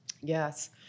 Yes